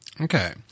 Okay